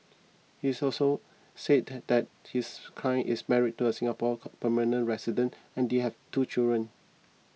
he also said that his client is married to a Singapore permanent resident and they have two children